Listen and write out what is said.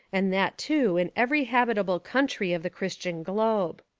and that too in every hab itable country of the christian globe.